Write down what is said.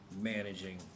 managing